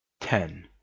Ten